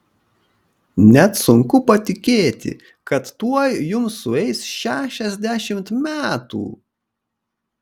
net sunku patikėti kad tuoj jums sueis šešiasdešimt metų